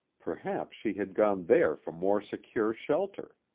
perhaps she had gone there for more secure shelter.